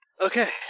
Okay